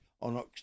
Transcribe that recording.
on